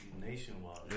nationwide